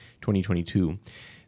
2022